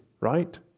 right